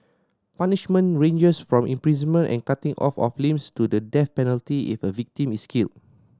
punishment ranges from imprisonment and cutting off of limbs to the death penalty if a victim is killed